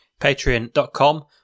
patreon.com